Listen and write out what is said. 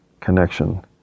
connection